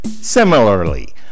Similarly